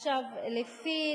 היא נגד.